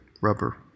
rubber